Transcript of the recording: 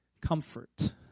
comfort